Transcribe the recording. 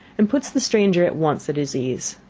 and puts the stranger at once at his ease.